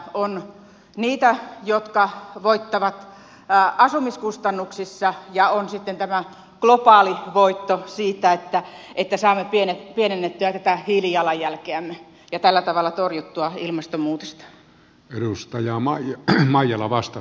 on niitä jotka voittavat asumiskustannuksissa ja on sitten tämä globaali voitto siitä että saamme pienennettyä tätä hiilijalanjälkeämme ja tällä tavalla torjuttua ilmastonmuutosta